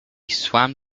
swam